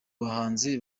bahanzi